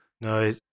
No